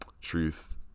truth